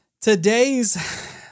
Today's